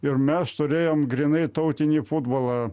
ir mes turėjom grynai tautinį futbolą